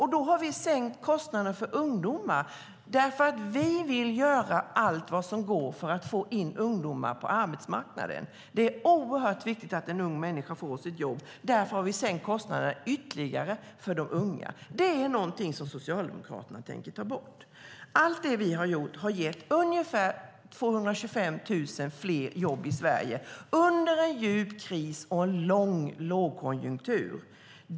Vi har sänkt kostnaden för att anställa ungdomar, för vi vill göra allt som går för att få in ungdomar på arbetsmarknaden. Det är viktigt att unga människor får jobb, och därför har vi sänkt kostnaden ytterligare för unga. Det är något som Socialdemokraterna tänker ta bort. Allt som vi har gjort har gett ungefär 225 000 fler jobb i Sverige under en djup kris och en lång lågkonjunktur.